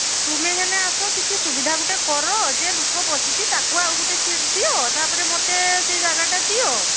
ତୁମେ ହେନେ ଆସ କିଛି ସୁବିଧା ଗୋଟେ କର ଯେ ଲୋକ ବସିଛି ତାକୁ ଆଉ ଗୋଟେ ସିଟ୍ ଦିଅ ତା'ପରେ ମୋତେ ସେ ଜାଗାଟା ଦିଅ